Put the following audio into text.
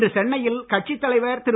இன்று சென்னையில் கட்சித் தலைவர் திரு